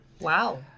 Wow